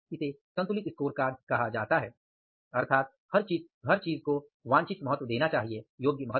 इसे संतुलित स्कोरकार्ड कहा जाता है अर्थात हर चीज को वांछित महत्व देना चाहिए योग्य महत्व